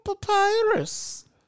papyrus